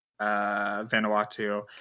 Vanuatu